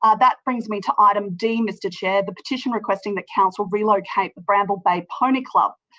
ah that brings me to item d, mr chair, the petition requesting that council relocate the bramble bay pony club.